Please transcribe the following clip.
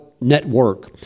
network